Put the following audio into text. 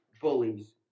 bullies